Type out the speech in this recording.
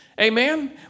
Amen